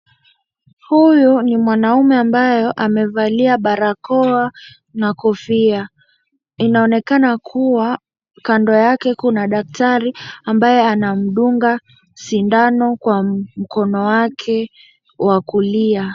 Huyu ni mwanaume ambaye amevalia barakoa na kofia. Inaonekana kuwa, kando yake kuna daktari ambaye anamdunga sindano kwa mkono wake wa kulia.